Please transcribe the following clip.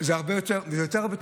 זה הרבה יותר בולט